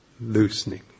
loosening